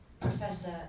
Professor